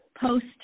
post